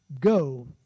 Go